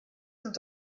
sont